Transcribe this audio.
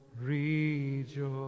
rejoice